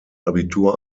abitur